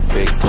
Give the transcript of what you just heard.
Big